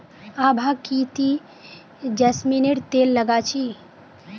आभा की ती जैस्मिनेर तेल लगा छि